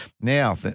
Now